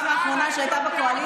הגזען האתיופי הראשון,